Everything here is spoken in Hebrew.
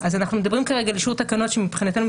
אז אנחנו מדברים כרגע על אישור תקנות שמבחינתנו הן